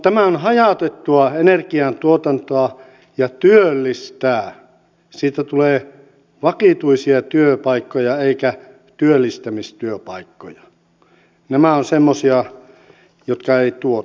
tämä on hajautettua energiantuotantoa ja työllistää siitä tulee vakituisia työpaikkoja eikä työllistämistyöpaikkoja ne ovat semmoisia jotka eivät tuota